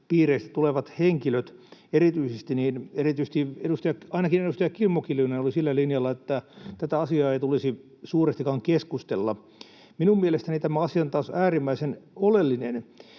kulttuuripiireistä tulevat henkilöt erityisesti, niin ainakin edustaja Kimmo Kiljunen oli sillä linjalla, että tästä asiasta ei tulisi suurestikaan keskustella. Minun mielestäni tämä asia on taas äärimmäisen oleellinen,